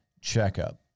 checkup